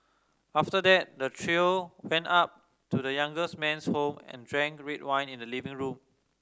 after that the trio went up to the younger man's home and drank red wine in the living room